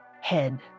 head